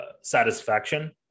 satisfaction